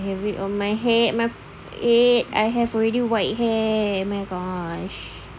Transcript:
I have it on my hair eh I have already white hair my gosh